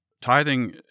Tithing